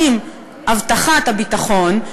אם הבטחת הביטחון,